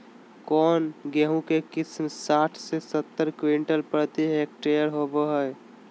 कौन गेंहू के किस्म साठ से सत्तर क्विंटल प्रति हेक्टेयर होबो हाय?